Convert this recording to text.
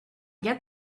get